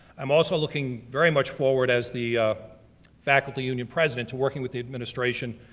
i'm also looking very much forward as the faculty union president, to working with the administration,